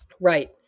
Right